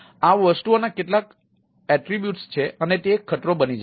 તેથી આ વસ્તુઓના કેટલાક ગુણધર્મો છે અને તે એક ખતરો બની જાય છે